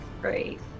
Great